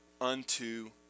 unto